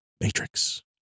matrix